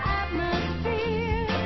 atmosphere